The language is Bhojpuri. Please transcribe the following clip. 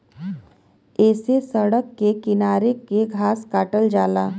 ऐसे सड़क के किनारे के घास काटल जाला